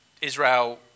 Israel